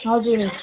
हजुर